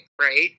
right